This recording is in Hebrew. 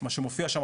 מה שמופיע שם,